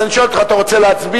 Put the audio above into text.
אז אני שואל אותך: אתה רוצה להצביע?